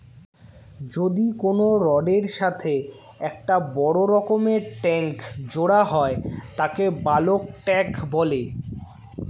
যদি কোনো রডের এর সাথে একটা বড় রকমের ট্যাংক জোড়া হয় তাকে বালক ট্যাঁক বলে